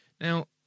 Now